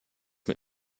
mit